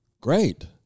great